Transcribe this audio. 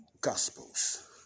Gospels